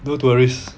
no tourists